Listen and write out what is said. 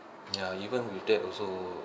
ya even with that also